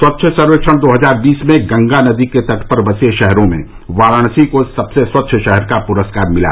स्वच्छ सर्वेक्षण दो हजार बीस में गंगा नदी के तट पर बसे शहरों में वाराणसी को सबसे स्वच्छ शहर का पुरस्कार मिला